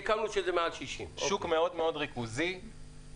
סיכמנו שזה מעל 60. שוק מאוד מאוד ריכוזי ולכן,